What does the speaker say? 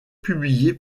publié